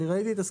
ראיתי.